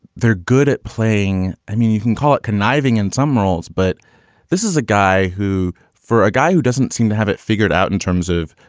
they're good at playing. i mean, you can call it conniving in some roles, but this is a guy who for a guy who doesn't seem to have it figured out in terms of,